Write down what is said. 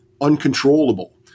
uncontrollable